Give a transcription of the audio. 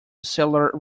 cellular